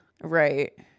Right